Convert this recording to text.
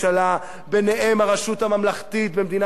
ביניהם הרשות הממלכתית במדינת ישראל,